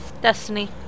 Destiny